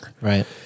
Right